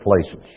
places